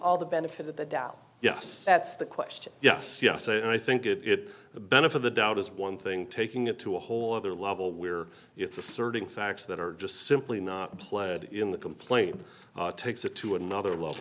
all the benefit of the doubt yes that's the question yes yes and i think it it the benefit the doubt is one thing taking it to a whole other level where it's asserting facts that are just simply not planted in the complaint takes it to another level